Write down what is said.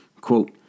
Quote